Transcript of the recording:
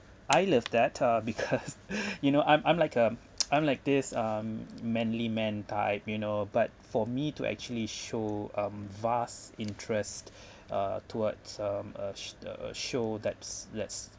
I love that ah because you know I'm I'm like um I'm like this uh mm manly man type you know but for me to actually show um vast interest uh towards um a sh~ a a show that's that's